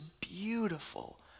beautiful